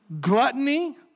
gluttony